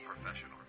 professional